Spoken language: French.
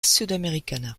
sudamericana